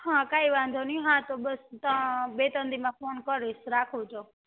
હા કાંઇ વાંધો નહીં હા તો બસ બે ત્રણ દીમાં ફોન કરીશ રાખું તો